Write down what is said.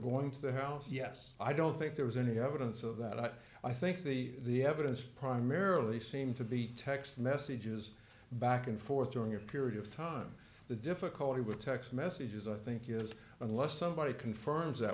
going to the house yes i don't think there was any evidence of that i think the evidence primarily seemed to be text messages back and forth during your period of time the difficulty with text messages i think is unless somebody confirms that